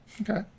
Okay